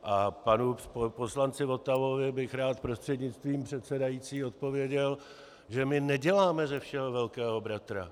A panu poslanci Votavovi bych rád prostřednictvím předsedajícího odpověděl, že my neděláme ze všeho Velkého bratra.